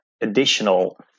additional